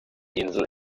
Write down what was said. insel